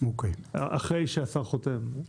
אחרי שהשר חותם.